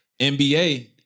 NBA